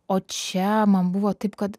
o čia man buvo taip kad